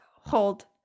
Hold